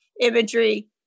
imagery